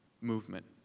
movement